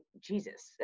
Jesus